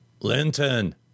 Linton